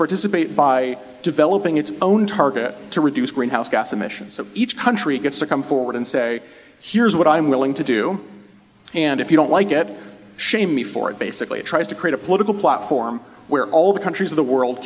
participate by developing its own target to reduce greenhouse gas emissions that each country gets to come forward and say here's what i'm willing to do and if you don't like it shame me for it basically tries to create a political platform where all the countries of the world